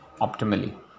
optimally